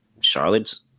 Charlotte's